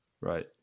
Right